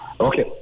Okay